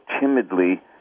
timidly